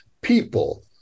people